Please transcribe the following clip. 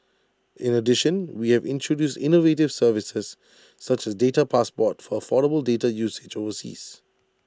in addition we have introduced innovative services such as data passport for affordable data usage overseas